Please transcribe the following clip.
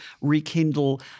rekindle